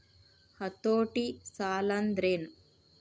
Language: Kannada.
ಹತೋಟಿ ಸಾಲಾಂದ್ರೆನ್?